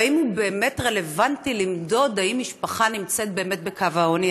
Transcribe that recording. והאם הוא באמת רלוונטי למדוד אם משפחה נמצאת באמת בקו העוני,